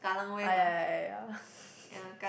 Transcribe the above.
ah ya ya ya ya